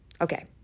Okay